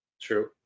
true